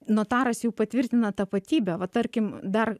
notaras jau patvirtina tapatybę va tarkim dar